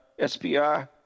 SBR